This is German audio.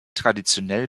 traditionell